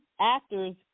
actors